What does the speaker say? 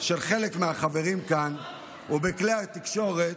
של חלק מהחברים כאן או בכלי התקשורת,